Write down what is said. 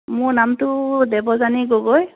মোৰ নামটো দেৱযানী গগৈ